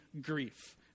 grief